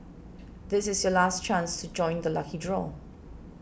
this is your last chance to join the lucky draw